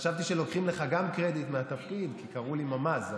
חשבתי שגם לוקחים לך קרדיט מהתפקיד כי קראו לי ממ"ז.